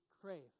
crave